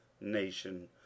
nation